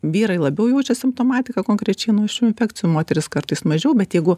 vyrai labiau jaučia simptomatiką konkrečiai nuo šių infekcijų moterys kartais mažiau bet jeigu